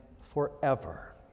forever